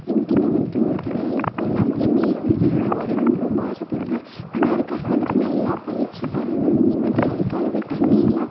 எனக்கென்ன வந்துவிட்டு ஒருத்தங்க நை இப்போ நம் என்னையே வந்துவிட்டு நான் வரையணும்ன்னு ரொம்ப ஆசைப்படுவேன் ஆனால் அதுக்காக வந்துவிட்டு நல்லா பயிற்சி பண்ணணும்ன்னு இன்னும் தெரியும் அதுக்காகவே தனியாக